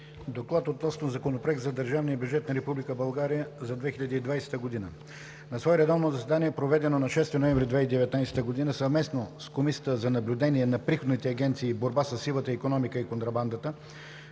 „ДОКЛАД относно Законопроект за държавния бюджет на Република България за 2020 г. На свое редовно заседание, проведено на 6 ноември 2019 г. – съвместно с Комисията за наблюдение на приходните агенции и борба със сивата икономика и контрабандата,